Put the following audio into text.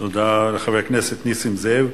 תודה לחבר הכנסת נסים זאב.